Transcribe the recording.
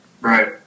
Right